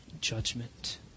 judgment